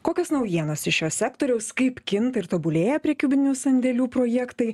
kokios naujienos iš šio sektoriaus kaip kinta ir tobulėja prekybinių sandėlių projektai